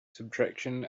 subtraction